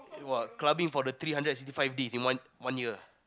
eh !wa! clubbing for the three hundred and sixty five days in one one year